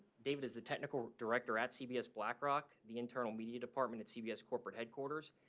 david is the technical director at cbs blackrock, the internal media department at cbs corporate headquarters.